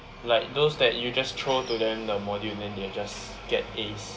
like those that you just throw to them the module then they just get As